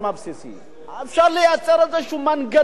אפשר לייצר איזה מנגנון מסוים,